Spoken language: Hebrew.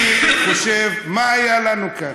אני חושב, מה היה לנו כאן: